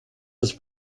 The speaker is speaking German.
das